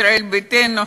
ישראל ביתנו,